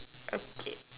okay